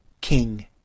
King